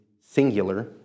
singular